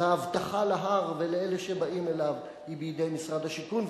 אז האבטחה להר ולאלה שבאים אליו היא בידי משרד השיכון,